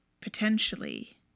potentially